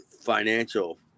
financial